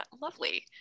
lovely